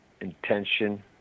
intention